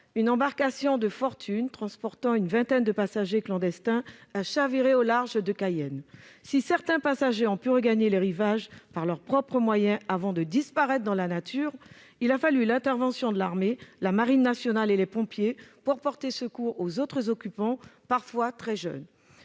une embarcation de fortune transportant une vingtaine de passagers clandestins a chaviré au large de Cayenne. Si certains d'entre eux ont pu regagner le rivage par leurs propres moyens avant de disparaître dans la nature, il a fallu l'intervention de l'armée, de la Marine nationale et des pompiers pour porter secours aux autres occupants de l'embarcation, parfois très jeunes.